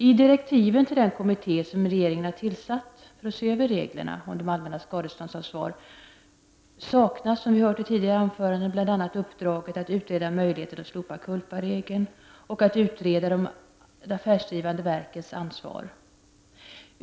I direktiven till den kommitté som regeringen har tillsatt för att se över reglerna om det allmännas skadeståndsansvar, saknas, som vi har hört i tidigare anföranden, bl.a. uppdraget att utreda möjligheten att slopa culparegeln och att utreda de affärsdrivande verkens ansvar.